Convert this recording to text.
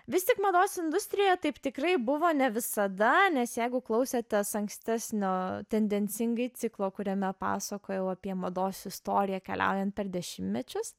vis tik mados industrijoje taip tikrai buvo ne visada nes jeigu klausėtės ankstesnio tendencingai ciklo kuriame pasakojau apie mados istoriją keliaujant per dešimmečius